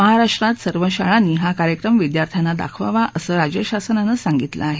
महाराष्ट्रात सर्व शाळांनी हा कार्यक्रम विद्यार्थ्यांना दाखवावा असं राज्यशासनानं सांगितलं आहे